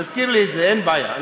תזכיר לי, שיח' מסעוד, אין בעיה.